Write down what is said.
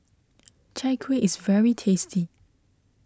Chai Kueh is very tasty